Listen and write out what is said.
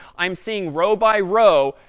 i'm seeing, row by row,